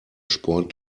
sport